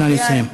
נא לסיים.